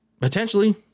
potentially